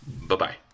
Bye-bye